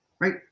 Right